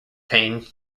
pain